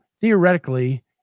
theoretically